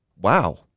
wow